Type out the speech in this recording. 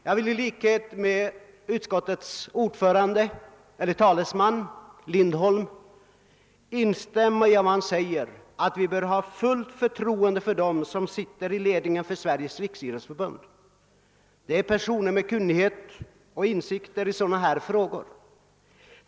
Jag vill instämma i vad utskottets talesman herr Lindholm sade, nämligen att vi bör ha fullt förtroende för dem som sitter i ledningen för Sveriges riksidrottsförbund. Det är personer med kunnighet och insikter i dessa frågor.